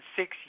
six